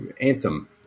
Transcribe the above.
Anthem